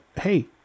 hey